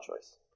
choice